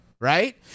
Right